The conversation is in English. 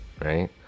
right